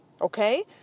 Okay